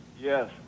yes